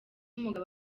umugabo